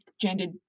gendered